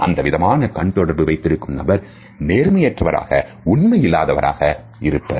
அந்த விதமாக கண் தொடர்பு வைத்திருக்கும் நபர் நேர்மையற்றவராக உண்மை இல்லாதவராக இருப்பர்